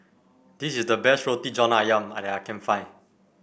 this is the best Roti John ayam at I can find